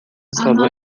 estava